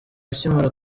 akimara